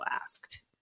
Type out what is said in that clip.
asked